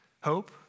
hope